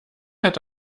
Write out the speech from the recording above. hat